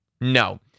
No